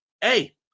hey